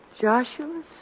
Joshua